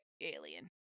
alien